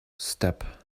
step